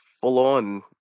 full-on